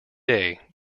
day